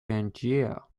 pangaea